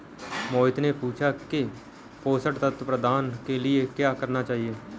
मोहित ने पूछा कि पोषण तत्व प्रबंधन के लिए क्या करना चाहिए?